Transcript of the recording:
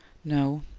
no.